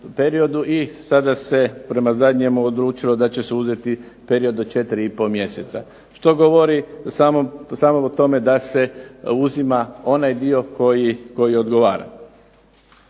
i sada se prema zadnjemu odlučilo da će se uzeti period od 4,5 mjeseca. Što govori samo o tome da se uzima onaj dio koji odgovora.